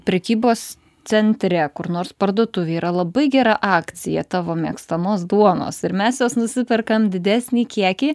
prekybos centre kur nors parduotuvėj yra labai gera akcija tavo mėgstamos duonos ir mes jos nusiperkam didesnį kiekį